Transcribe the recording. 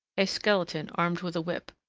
a skeleton armed with a whip,